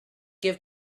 give